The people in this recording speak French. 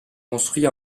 construit